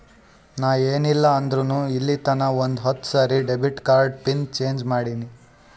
ನಾ ಏನ್ ಇಲ್ಲ ಅಂದುರ್ನು ಇಲ್ಲಿತನಾ ಒಂದ್ ಹತ್ತ ಸರಿ ಡೆಬಿಟ್ ಕಾರ್ಡ್ದು ಪಿನ್ ಚೇಂಜ್ ಮಾಡಿನಿ